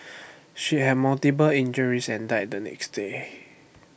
she had multiple injuries and died the next day